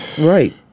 Right